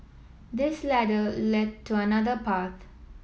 this ladder lead to another path